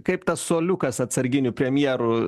kaip tas suoliukas atsarginių premjerų